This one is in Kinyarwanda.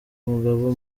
umugabo